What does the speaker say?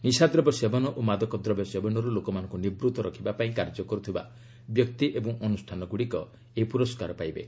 ନିଶାଦ୍ରବ୍ୟ ସେବନ ଓ ମାଦକଦ୍ରବ୍ୟ ସେବନରୁ ଲୋକମାନଙ୍କୁ ନିବୂତ୍ତ ରଖିବା ପାଇଁ କାର୍ଯ୍ୟ କରୁଥିବା ବ୍ୟକ୍ତି ଓ ଅନ୍ଦ୍ରଷ୍ଠାନଗ୍ରଡ଼ିକ ଏହି ପୁରସ୍କାର ପାଇବେ